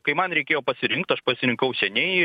kai man reikėjo pasirinkt aš pasirinkau seniai